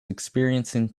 experiencing